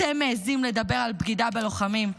אתם מעיזים לדבר על בגידה בלוחמים?